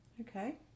Okay